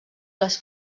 les